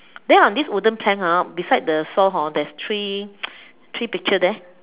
then on this wooden plank ah beside the saw hor there's three three picture there